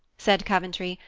said coventry,